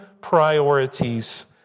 priorities